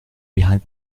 behind